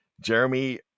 Jeremy